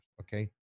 okay